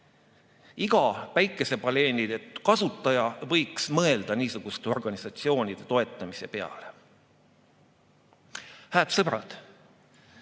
Iga päikesepaneelide kasutaja võiks mõelda niisuguste organisatsioonide toetamise peale. Hääd sõbrad!